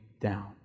down